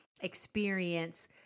experience